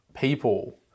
people